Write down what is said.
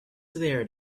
there